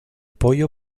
pollo